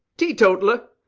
teetotaller.